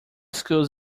schools